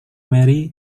mary